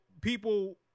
people